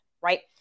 right